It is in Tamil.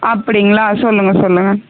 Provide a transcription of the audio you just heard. அப்படிங்களா சொல்லுங்க சொல்லுங்க